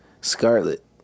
Scarlet